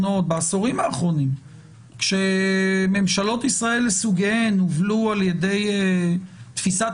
שבעשורים האחרונים כשממשלות ישראל לסוגיהן הובלו על-ידי תפיסת